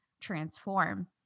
transform